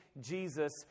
Jesus